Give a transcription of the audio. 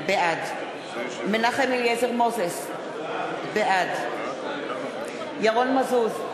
בעד מנחם אליעזר מוזס, בעד ירון מזוז,